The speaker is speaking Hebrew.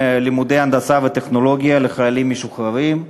לימודי הנדסה וטכנולוגיה לחיילים משוחררים.